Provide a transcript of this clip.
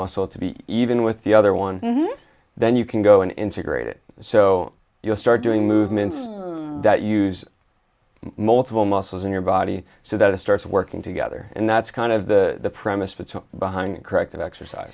muscle to be even with the other one then you can go and integrate it so you'll start doing movements that use multiple muscles in your body so that it starts working together and that's kind of the premise but behind corrective exercise